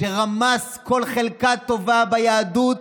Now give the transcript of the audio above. שרמס כל חלקה טובה ביהדות